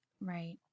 Right